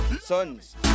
sons